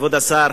כבוד השר,